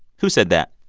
who said that?